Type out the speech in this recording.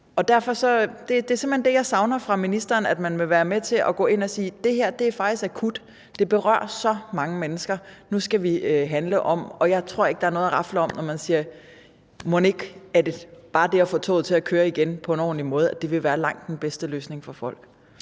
jeg simpelt hen savner fra ministeren, er, at man vil være med til at gå ind at sige, at det her faktisk er akut, at det berører så mange mennesker, og at vi nu skal handle. Jeg tror ikke, der er noget at rafle om, når man siger, at bare det at få toget til at køre igen på en ordentlig måde vil være langt den bedste løsning for folk.